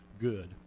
good